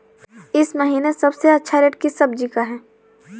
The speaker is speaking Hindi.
इस महीने सबसे अच्छा रेट किस सब्जी का है?